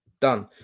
Done